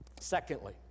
Secondly